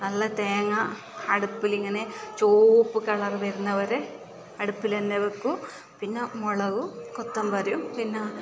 നല്ല തേങ്ങാ അടുപ്പിലിങ്ങനെ ചുവപ്പ് കളറ് വരുന്നത് വരെ അടുപ്പിലിങ്ങനെ വെക്കും പിന്നെ മുളകും കൊത്തമ്പരീയും പിന്നെ